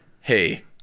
hey